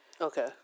Okay